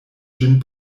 ĝin